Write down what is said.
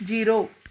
zero